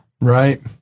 right